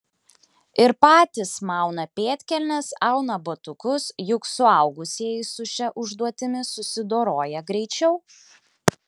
ir patys mauna pėdkelnes auna batukus juk suaugusieji su šia užduotimi susidoroja greičiau